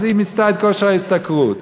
אז היא מיצתה את כושר ההשתכרות.